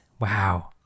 wow